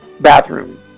bathroom